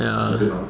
ya